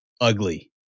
ugly